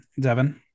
Devin